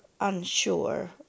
unsure